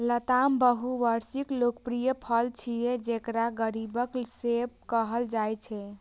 लताम बहुवार्षिक लोकप्रिय फल छियै, जेकरा गरीबक सेब कहल जाइ छै